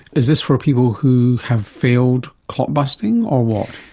is this for people who have failed clot busting or what?